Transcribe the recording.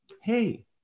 hey